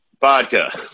vodka